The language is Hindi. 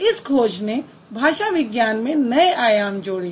इस खोज ने भाषा विज्ञान में नए आयाम जोड़े